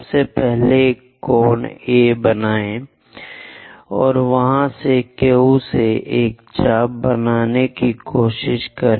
सबसे पहले एक कोण A बनायें वहां से Q से एक चाप बनाने की कोशिश करें